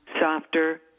softer